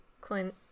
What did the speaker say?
Clint